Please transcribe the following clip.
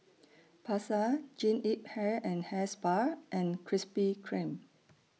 Pasar Jean Yip Hair and Hair Spa and Krispy Kreme